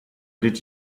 did